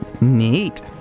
Neat